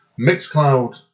Mixcloud